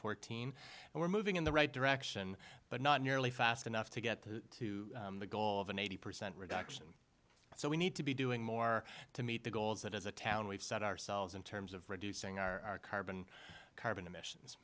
fourteen and we're moving in the right direction but not nearly fast enough to get to the goal of an eighty percent reduction so we need to be doing more to meet the goals that as a town we've set ourselves in terms of reducing our carbon carbon emissions